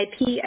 IP